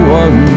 one